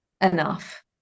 enough